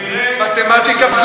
מתמטיקה פשוטה.